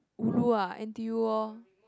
ulu ah n_t_u lor